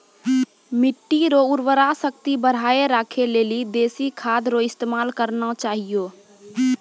मिट्टी रो उर्वरा शक्ति बढ़ाएं राखै लेली देशी खाद रो इस्तेमाल करना चाहियो